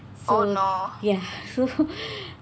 so ya so